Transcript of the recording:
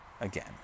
again